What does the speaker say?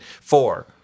four